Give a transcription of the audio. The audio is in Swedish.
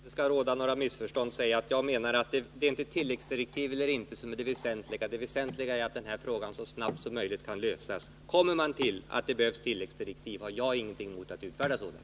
Herr talman! Får jag bara, för att det inte skall råda några missförstånd, säga att jag menar att det är inte tilläggsdirektiv eller inte som är det väsentliga. Det väsentliga är att den här frågan så snabbt som möjligt kan lösas. Kommer man fram till att det behövs tilläggsdirektiv har jag ingenting emot att utfärda sådana.